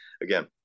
again